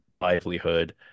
livelihood